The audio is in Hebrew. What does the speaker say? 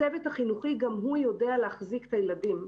הצוות החינוכי גם הוא יודע להחזיק את הילדים.